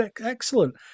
excellent